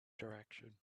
direction